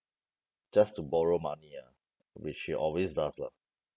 just to borrow money ah which she always does lah